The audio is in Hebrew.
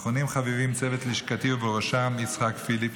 אחרונים חביבים, צוות לשכתי, ובראשם יצחק פיליפ.